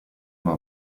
alla